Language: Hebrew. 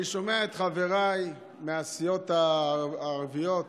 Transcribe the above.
אני שומע את חבריי מהסיעות הערביות